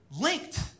linked